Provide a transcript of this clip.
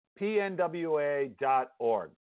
pnwa.org